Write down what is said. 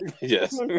Yes